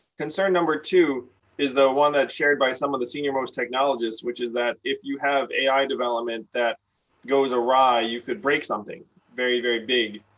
concern number two is the one that's shared by some of the senior-most technologists, which is that if you have ai development that goes awry, you could break something very, very big.